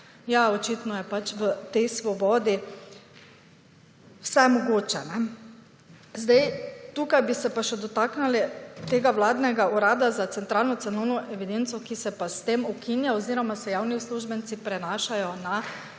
ja, očitno je pač v tej svobodi vse mogoče. Zdaj, tukaj bi se pa še dotaknili tega vladnega urada za centralno cenovno evidenco, ki se pa s tem ukinja oziroma se javni uslužbenci prenašajo na